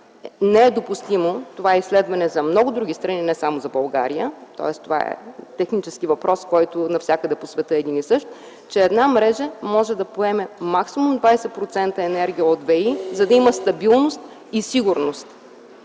не е допустимо това изследване за много други страни, не само за България – това е технически въпрос, който навсякъде в света е един и същ – че една мрежа може да поеме максимум 20% енергия от възобновяеми енергийни